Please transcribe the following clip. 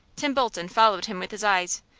tim bolton followed him with his eyes,